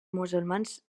musulmans